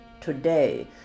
Today